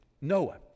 Noah